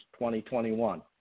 2021